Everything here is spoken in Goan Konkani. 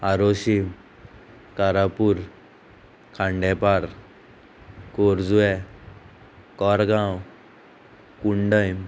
आरोसी कारापूर खांडेपार कोरजुवे कोरगांव कुंडयम